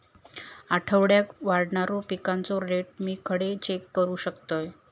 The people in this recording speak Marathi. आठवड्याक वाढणारो पिकांचो रेट मी खडे चेक करू शकतय?